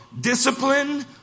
discipline